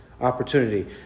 opportunity